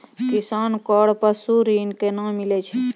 किसान कऽ पसु ऋण कोना मिलै छै?